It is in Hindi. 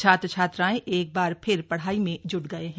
छात्र छात्राएं एक बार फिर पढ़ाई में ज्ट गए हैं